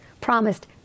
promised